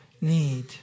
need